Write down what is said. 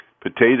potato